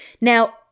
Now